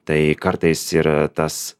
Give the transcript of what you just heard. tai kartais ir tas